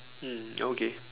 mm okay